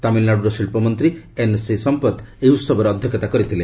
ତାମିଲ୍ନାଡୁ ଶିଳ୍ପମନ୍ତ୍ରୀ N C Sampath ଏହି ଉହବରେ ଅଧ୍ୟକ୍ଷତା କରିଥିଲେ